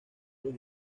los